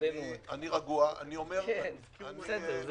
לא